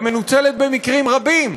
ומנוצלת במקרים רבים,